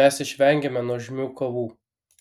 mes išvengėme nuožmių kovų